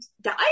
die